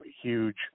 huge